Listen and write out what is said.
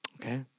Okay